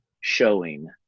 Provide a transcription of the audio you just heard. showing